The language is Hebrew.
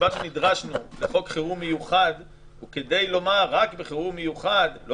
שנדרשנו לחוק חירום מיוחד היא כדי לומר שרק בחירום מיוחד לא